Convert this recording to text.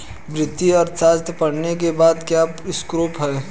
वित्तीय अर्थशास्त्र पढ़ने के बाद क्या स्कोप है?